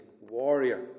warrior